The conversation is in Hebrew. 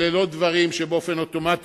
אלה לא דברים שרצים יחד באופן אוטומטי.